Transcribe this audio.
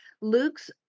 Luke's